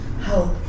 help